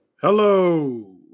Hello